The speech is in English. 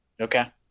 Okay